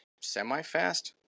semi-fast